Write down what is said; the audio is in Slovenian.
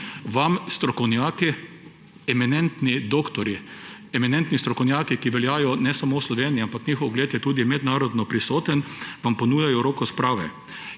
vam strokovnjaki, eminentni doktorji, eminentni strokovnjaki, ki veljajo ne samo v Sloveniji, ampak njihov ugled je tudi mednarodno prisoten, vam ponujajo roko sprave.